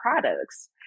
products